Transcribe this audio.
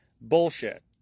bullshit